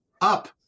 up